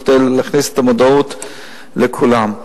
כדי להגביר את המודעות אצל כולם.